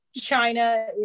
China